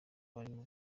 barimo